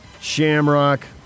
Shamrock